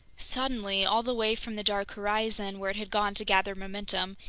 suddenly, all the way from the dark horizon where it had gone to gather momentum,